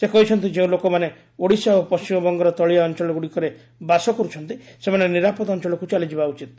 ସେ କହିଛନ୍ତି ଯେଉଁ ଲୋକମାନେ ଓଡ଼ିଶା ଓ ପଣ୍ଢିମବଙ୍ଗର ତଳିଆ ଅଞ୍ଚଳଗୁଡ଼ିକରେ ବାସ କରୁଛନ୍ତି ସେମାନେ ନିରାପଦ ଅଞ୍ଚଳକୁ ଚାଲିଯିବା ଉଚିତ୍